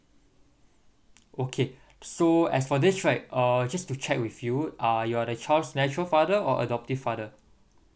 okay so as for this right uh just to check with you uh you are the child's natural father or adoptive father